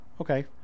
Okay